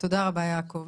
תודה רבה, יעקב.